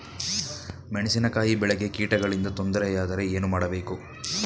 ಮೆಣಸಿನಕಾಯಿ ಬೆಳೆಗೆ ಕೀಟಗಳಿಂದ ತೊಂದರೆ ಯಾದರೆ ಏನು ಮಾಡಬೇಕು?